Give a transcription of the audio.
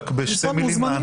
רק בשתי מילים,